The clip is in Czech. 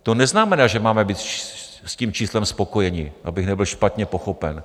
To neznamená, že máme být s tím číslem spokojení, abych nebyl špatně pochopen.